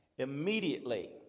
Immediately